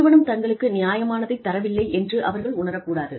நிறுவனம் தங்களுக்கு நியாயமானதை தர வில்லை என்று அவர்கள் உணரக்கூடாது